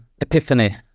epiphany